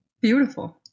beautiful